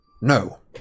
No